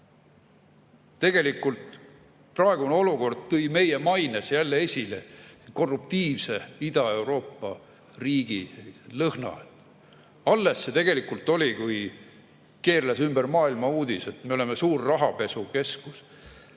reageerida. Tegelikult praegune olukord tõi meie maines jälle esile korruptiivse Ida-Euroopa riigi lõhna. Alles see oli, kui keerles ümber maailma uudis, et me oleme suur rahapesukeskus.